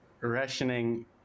rationing